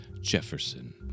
Jefferson